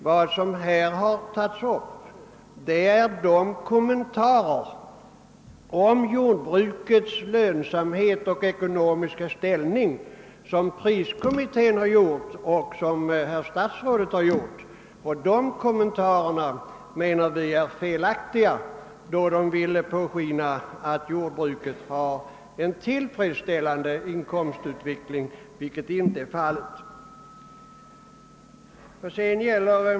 Vad som har tagits upp är de kommentarer till jordbrukets lönsamhet och ekonomiska ställning som priskommittén gjort och som även statsrådet gjort, och dessa är enligt vår åsikt felaktiga, eftersom de vill låta påskina att jordbruket har en tillfredsställande inkomstutveckling. Så är icke fallet.